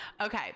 okay